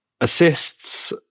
Assists